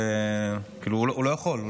הוא לא יכול,